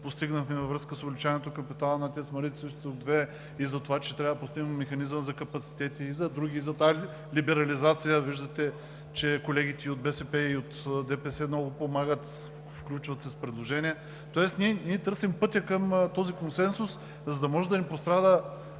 постигнахме, във връзка с увеличаването на капитала на ТЕЦ Марица Изток 2 и затова, че трябва да постигнем механизъм за капацитети и за други, и за тази либерализация. Виждате, че колегите от БСП и от ДПС много помагат, включват се с предложения. Тоест ние търсим пътя към този консенсус, за да не пострада